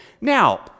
Now